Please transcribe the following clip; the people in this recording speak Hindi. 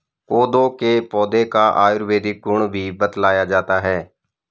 कोदो के पौधे का आयुर्वेदिक गुण भी बतलाया जाता है